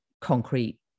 concrete